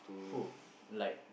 who like